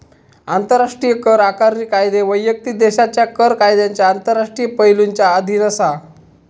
आंतराष्ट्रीय कर आकारणी कायदे वैयक्तिक देशाच्या कर कायद्यांच्या आंतरराष्ट्रीय पैलुंच्या अधीन असा